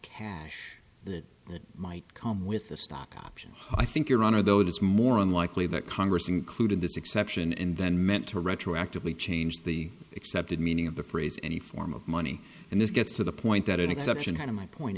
cash that might come with the stock option i think your honor though it is more unlikely that congress included this exception and then meant to retroactively change the accepted meaning of the phrase any form of money and this gets to the point that an exception to my point